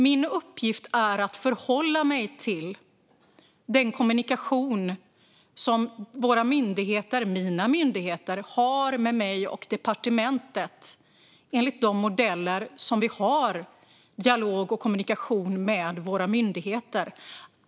Min uppgift är att förhålla mig till den kommunikation som våra myndigheter, mina myndigheter, har med mig och departementet enligt de modeller som vi har för dialog och kommunikation med våra myndigheter.